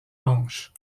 manches